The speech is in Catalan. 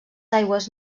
aigües